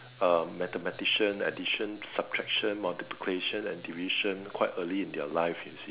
uh mathematician addition subtraction multiplication and division quite early in their life you see